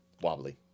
Wobbly